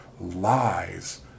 lies